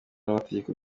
n’amategeko